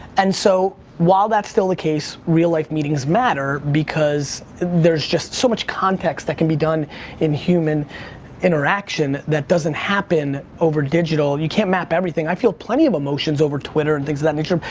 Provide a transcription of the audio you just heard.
and so, while that's still the case, real life meetings matter because there's just so much context that can be done in human interaction that doesn't happen over digital. you can't map everything. i feel plenty of emotions over twitter and things of that nature,